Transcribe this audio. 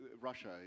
Russia